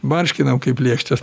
barškinam kaip lėkštes